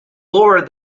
lower